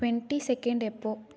twenty second எப்போது